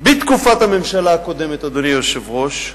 בתקופת הממשלה הקודמת, אדוני היושב-ראש,